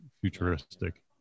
futuristic